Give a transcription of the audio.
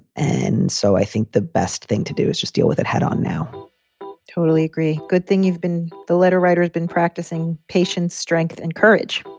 and so i think the best thing to do is just deal with it head on now totally agree. good thing you've been the letter writer has been practicing patience, strength and courage.